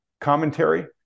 commentary